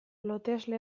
lotesle